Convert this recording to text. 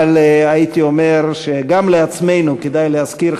אבל הייתי אומר שגם לעצמנו כדאי להזכיר,